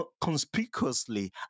conspicuously